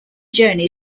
journey